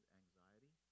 anxiety